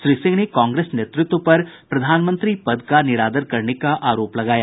श्री सिंह ने कांग्रेस नेतृत्व पर प्रधानमंत्री पद का निरादर करने का आरोप लगाया